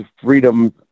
freedom